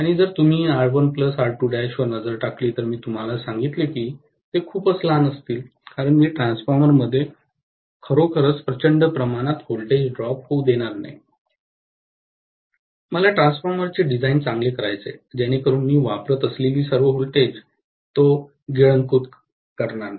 आणि जर तुम्ही R1 R 2 वर नजर टाकली तर मी तुम्हाला सांगितले की ते खूपच लहान असतील कारण मी ट्रान्सफॉर्मर मध्ये खरोखरच प्रचंड प्रमाणात व्होल्टेज ड्रॉप होऊ देणार नाही मला ट्रान्सफॉर्मरचे डिझाइन चांगले करायचे आहे जेणेकरून मी वापरत असलेली सर्व व्होल्टेज तो गिळंकृत करणार नाही